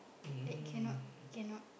like cannot cannot